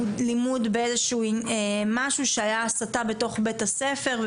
הנוגע למשהו שהיה קשור להסתה בתוך בית ספר.